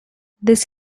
this